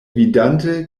vidante